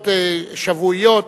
שאלות שבועיות,